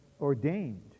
ordained